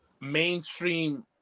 mainstream